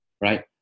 right